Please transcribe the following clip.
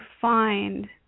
find